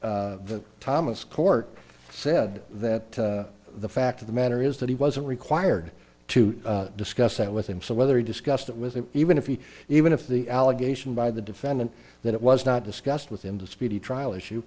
and the thomas court said that the fact of the matter is that he wasn't required to discuss that with him so whether he discussed it with it even if he even if the allegation by the defendant that it was not discussed with him the speedy trial issue